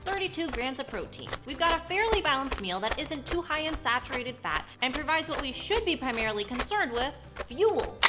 two grams of protein. we've got a fairly balanced meal that isn't too high in saturated fat and provides what we should be primarily concerned with fuel!